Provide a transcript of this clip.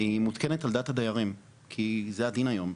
היא מותקנת על דעת הדיירים, כי זה הדין היום.